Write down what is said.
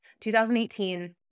2018